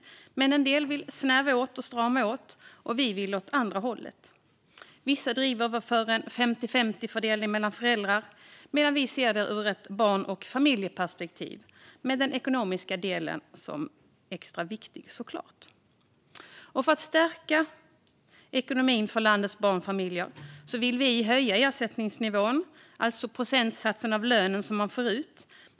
En del vill dock snäva åt och strama åt, och vi vill åt andra hållet. Vissa driver på för en 50-50-fördelning mellan föräldrar, medan vi ser det ur ett barn och familjeperspektiv. Den ekonomiska delen är dock såklart extra viktig. För att stärka ekonomin för landets barnfamiljer vill vi höja ersättningsnivån, alltså procentsatsen av lönen som man får ut.